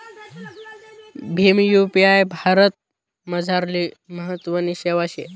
Bhim UPI भारतमझारली महत्वनी सेवा शे